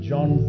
John